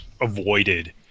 avoided